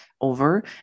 over